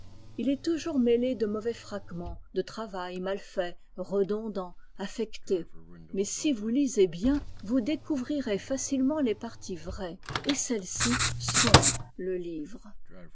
il est toujours mêlé de mauvais fragments de travail malfait redondant affecté mais si vous lisez bien vous découvrirez facilement les parties vraies et celles-ci sont le livre